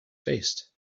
faced